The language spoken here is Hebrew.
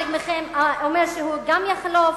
חלק מכם אומר שהוא גם יחלוף,